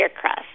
crust